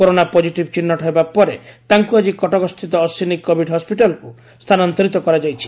corona positive ଚିହ୍ବଟ ହେବା ପରେ ତାଙ୍କୁ ଆଜି କଟକସ୍ଥିତ ଅଶ୍ୱିନୀ କୋଭିଡ୍ ହସ୍ୱିଟାଲକୁ ସ୍ଥାନାନ୍ତରିତ କରାଯାଇଛି